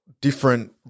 different